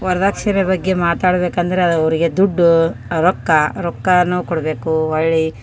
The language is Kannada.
ವರದಕ್ಷಿಣೆ ಬಗ್ಗೆ ಮಾತಾಡ್ಬೇಕಂದ್ರೆ ಅವರಿಗೆ ದುಡ್ಡು ರೊಕ್ಕ ರೊಕ್ಕನು ಕೊಡ್ಬೇಕು ಹೊಳ್ಳಿ